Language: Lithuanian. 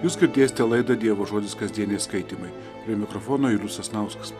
jūs girdėsite laidą dievo žodis kasdieniai skaitymai prie mikrofono julius sasnauskas